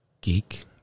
Geek